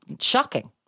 Shocking